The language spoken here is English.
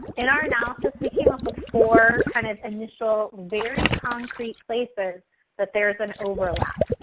in our analysis, we came up with four kind of initial very concrete places that there's an overlap.